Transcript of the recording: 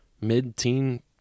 mid-teen